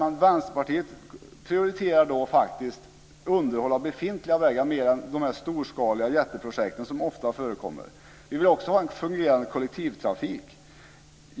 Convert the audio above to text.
Men Vänsterpartiet prioriterar då faktiskt underhåll av befintliga vägar mer än dessa storskaliga jätteprojekt som ofta förekommer. Vi vill också ha en fungerande kollektivtrafik.